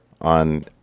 on